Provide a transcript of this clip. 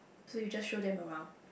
so you just show them around